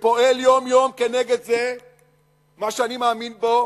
שפועל יום-יום כנגד מה שאני מאמין בו,